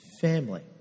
family